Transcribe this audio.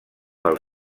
pel